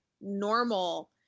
normal